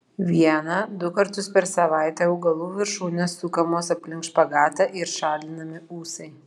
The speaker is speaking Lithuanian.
vieną du kartus per savaitę augalų viršūnės sukamos aplink špagatą ir šalinami ūsai